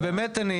באמת,